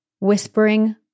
whispering